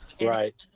right